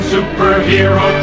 Superhero